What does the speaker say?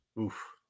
Oof